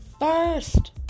first